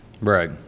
Right